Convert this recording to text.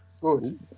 Good